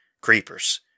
creepers